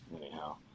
Anyhow